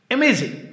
Amazing